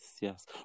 yes